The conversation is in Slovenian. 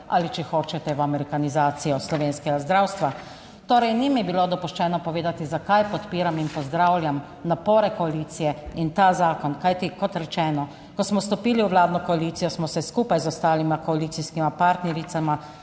ali če hočete, v amerikanizacijo slovenskega zdravstva. Torej, ni mi bilo dopuščeno povedati zakaj podpiram in pozdravljam napore koalicije in ta zakon. Kajti, kot rečeno, ko smo stopili v vladno koalicijo smo se skupaj z ostalima koalicijskima partnericama